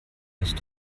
musst